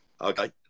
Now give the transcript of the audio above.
Okay